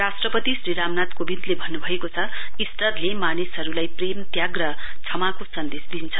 राष्ट्रपति श्री रामनाथ कोविन्दले भन्नुभएको छ ईस्टरले मानिसहरुलाई प्रेम त्याग र क्षमाको सन्देश दिन्छ